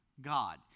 God